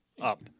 Up